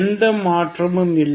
எந்த மாற்றமும் இல்லை